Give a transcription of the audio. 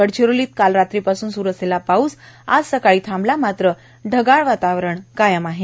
गडचिरोलीत काल रात्रीपासून स्रु असलेला पाऊस आज सकाळी थांबलाण मात्र ढगाळ वातावरण कायम आहे